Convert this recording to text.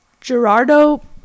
gerardo